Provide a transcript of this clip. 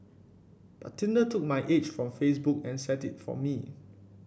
but Tinder took my age from Facebook and set it for me